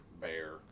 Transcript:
bear